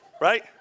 Right